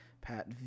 Pat